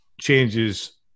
changes